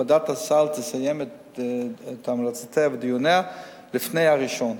ועדת הסל תסיים את המלצותיה ודיוניה לפני הראשון,